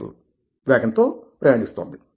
మీ ప్రయాణిస్తోంది